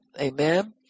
Amen